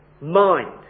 mind